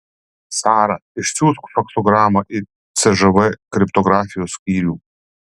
sara išsiųsk faksogramą į cžv kriptografijos skyrių